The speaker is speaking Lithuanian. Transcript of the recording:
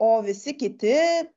o visi kiti